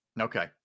Okay